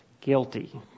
guilty